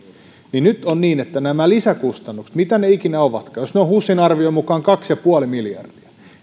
eli nyt kun on nämä lisäkustannukset mitä ne ikinä ovatkaan jos ne ovat husin arvion mukaan kaksi pilkku viisi miljardia